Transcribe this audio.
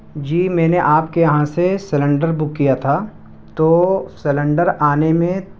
جی میں نے آپ کے یہاں سے سلینڈر بک کیا تھا تو سلینڈر آنے میں